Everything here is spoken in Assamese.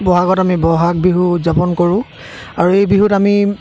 ব'হাগত আমি ব'হাগ বিহু উদযাপন কৰোঁ আৰু এই বিহুত আমি